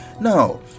no